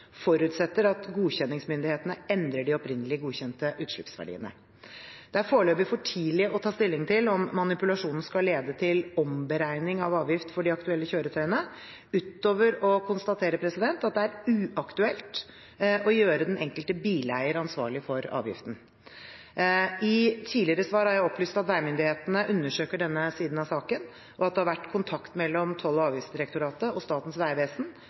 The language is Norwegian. forutsetter at godkjenningsmyndighetene endrer de opprinnelige godkjente utslippsverdiene. Det er foreløpig for tidlig å ta stilling til om manipulasjonen skal lede til omberegning av avgift for de aktuelle kjøretøyene, utover å konstatere at det er uaktuelt å gjøre den enkelte bileier ansvarlig for avgiften. I tidligere svar har jeg opplyst at veimyndighetene undersøker denne siden av saken, og at det har vært kontakt mellom Toll- og avgiftsdirektoratet og Statens vegvesen